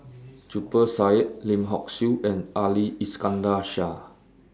Zubir Said Lim Hock Siew and Ali Iskandar Shah